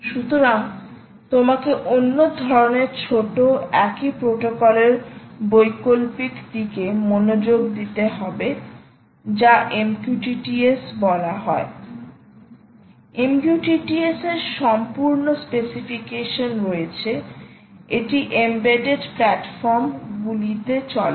সুতরাং আপনাকে অন্য ধরণের ছোট একই প্রোটোকলের বৈকল্পিক দিকে মনোযোগ দিতে হবে যা MQTT S বলা হয় MQTT S এর সম্পূর্ণ স্পেসিফিকেশন রয়েছে এটি এমবেডেড প্ল্যাটফর্ম গুলিতে চলে